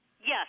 Yes